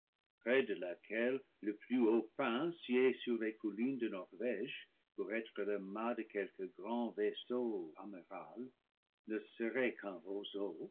de laquelle le plus haut pin scié sur les collines de norwége pour être le mât de quelque grand vaisseau amiral ne serait qu'un